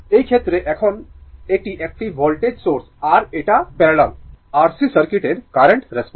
এইক্ষেত্রে এখন এটি একটি ভোল্টেজ সোর্স আর এটা প্যারালাল RC সার্কিটের কারেন্ট রেসপন্স